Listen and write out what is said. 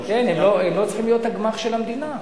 כן, הם לא צריכים להיות הגמ"ח של המדינה.